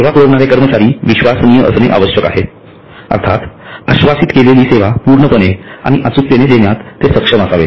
सेवा पुरविणारे कर्मचारी विश्वसनीय असणे आवश्यक आहे अर्थात आश्वासित केली सेवा पूर्णपणे आणि अचूकतेने देण्यात ते सक्षम असावेत